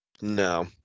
No